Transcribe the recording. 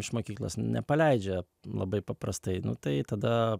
iš mokyklos nepaleidžia labai paprastai nu tai tada